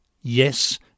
yes